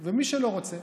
ומי שלא רוצה?